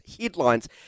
headlines